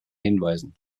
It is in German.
hinweisen